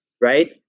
Right